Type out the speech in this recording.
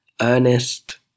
ernest